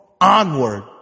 onward